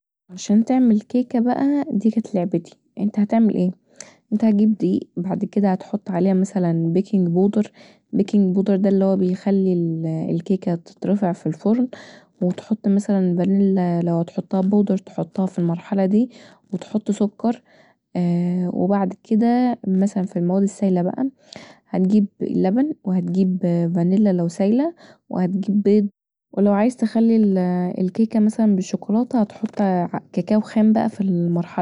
عشان تعمل كيكة بقي دي كانت لعبتي انت هتعمل ايه، انت هتحيب دقيق، بعد كدا هتحط عليها بيكينج باودر دا اللي بيخلي الكيكه تترفع في الفرن وتحط مثلا فانيلا لو هتحطها باودر تحطها في المرحله دي وتحط سكر وبعد كدا مثلا المواد السايله بقي هتجيب لبن وهتجيب فانيلا لو سايله وهتجيب بيض ولو عايز تخلي الكيكه بالشيكولاته هتحط كاكو خام في المرحله دي